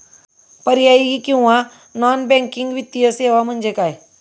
पर्यायी किंवा non banking वित्तीय सेवा म्हणजे काय?